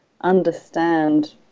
understand